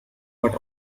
but